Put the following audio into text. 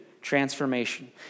transformation